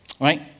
Right